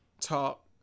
talk